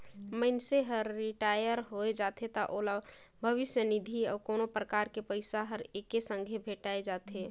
मइनसे हर रिटायर होय जाथे त ओला भविस्य निधि अउ कोनो परकार के पइसा हर एके संघे भेंठाय जाथे